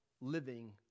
living